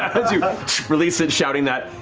as you release it, shouting that,